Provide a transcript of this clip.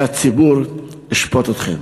והציבור ישפוט אתכם.